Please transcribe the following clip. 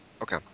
Okay